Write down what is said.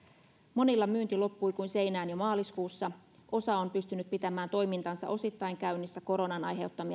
monilla myynti loppui kuin seinään jo maaliskuussa osa on pystynyt pitämään toimintansa osittain käynnissä koronan aiheuttamia